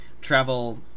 travel